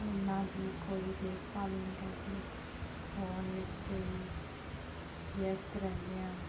ਉਨ੍ਹਾਂ ਦੀ ਕੋਈ ਦੇਖਭਾਲ ਨਈਂ ਕਰਦੇ ਫੋਨ ਵਿੱਚ ਹੀ ਵਿਅਸਤ ਰਹਿੰਦੇ ਹਨ